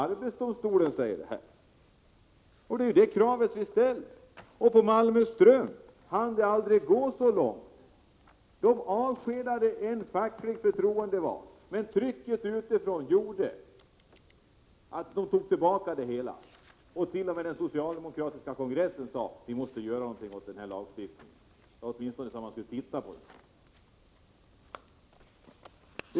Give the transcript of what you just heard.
arbetsdomstolen säger att det förhåller sig på detta sätt. Det är ju detta krav som vi ställer. På Malmö Strumpfabrik hann det aldrig gå så långt. Företaget avskedade en facklig förtroendevald, men trycket utifrån gjorde att arbetsgivaren tog tillbaka sitt avsked. T. o. m. den socialdemokratiska kongressen uttalade att något måste göras åt denna lagstiftning. Man ansåg att lagstiftningen åtminstone måste ses över.